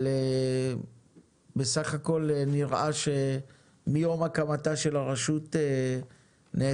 אבל בסך הכל נראה שמיום הקמתה של הרשות נעשית